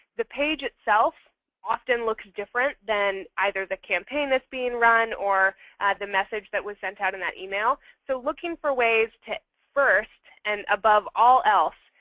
the page itself often looks different than either the campaign that's being run or the message that was sent out in that email. so looking for ways to first, and above all else,